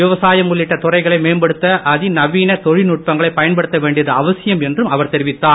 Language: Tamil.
விவசாயம் உள்ளிட்ட துறைகளை மேம்படுக்க அதிநவீன தொழில்நுட்பங்களை பயன்படுத்த வேண்டியது அவசியம் என்றும் அவர் தெரிவித்தார்